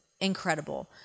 incredible